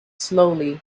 slowly